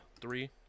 three